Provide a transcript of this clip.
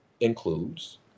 includes